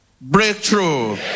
Breakthrough